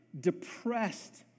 depressed